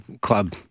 club